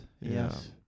yes